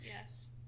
Yes